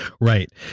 Right